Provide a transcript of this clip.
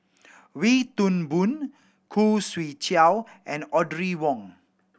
Wee Toon Boon Khoo Swee Chiow and Audrey Wong